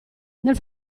nel